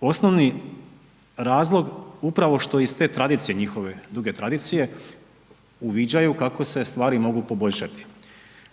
osnovi razlog upravo što iz te tradicije njihove, duge tradicije, uviđaju kako se stvari mogu poboljšati.